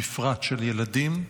בפרט של ילדים,